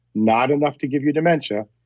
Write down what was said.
not enough to give you dementia,